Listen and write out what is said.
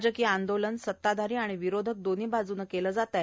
राजकीय आंदोलन सत्ताधारी आणि विरोधक दोन्ही बाजूने केले जात आहे